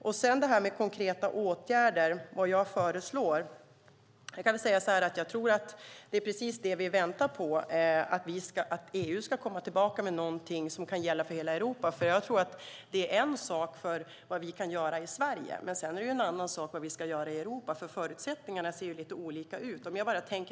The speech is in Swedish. När det gäller konkreta åtgärder väntar vi på att EU ska komma tillbaka med något som kan gälla för hela Europa. Det är en sak vad vi kan göra i Sverige men en annan vad vi kan göra i Europa. Förutsättningarna ser lite olika ut.